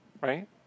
right